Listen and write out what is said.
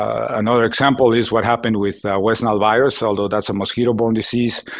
another example is what happened with west nile virus, although that's a mosquito-borne disease.